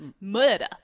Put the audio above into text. Murder